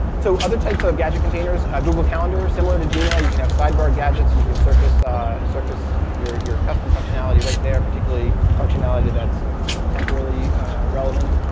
so, other types of gadget containers google calendar, similar to gmail. you can have sidebar gadgets, and you can surface ah surface your your custom functionality right there, particularly functionality that's temporarily relevant.